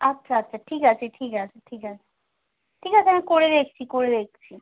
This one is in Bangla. আচ্ছা আচ্ছা ঠিক আছে ঠিক আছে ঠিক আছে ঠিক আছে আমি করে দেখছি করে দেখছি